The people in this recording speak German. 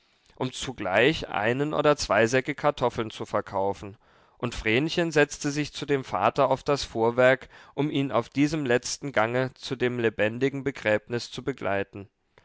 um zugleich einen oder zwei säcke kartoffeln zu verkaufen und vrenchen setzte sich zu dem vater auf das fuhrwerk um ihn auf diesem letzten gange zu dem lebendigen begräbnis zu begleiten